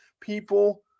people